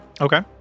okay